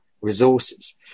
resources